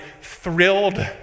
thrilled